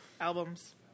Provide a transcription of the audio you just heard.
Albums